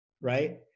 right